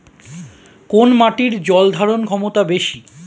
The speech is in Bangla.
কোন মাটির জল ধারণ ক্ষমতা বেশি?